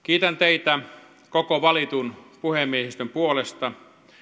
kiitän teitä koko valitun puhemiehistön puolesta